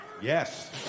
Yes